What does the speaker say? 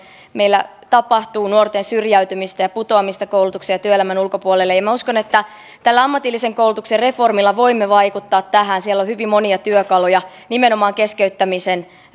meillä tapahtuu nuorten syrjäytymistä ja putoamista koulutuksen ja työelämän ulkopuolelle minä uskon että tällä ammatillisen koulutuksen reformilla voimme vaikuttaa tähän siellä on hyvin monia työkaluja nimenomaan keskeyttämisen